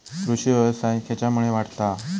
कृषीव्यवसाय खेच्यामुळे वाढता हा?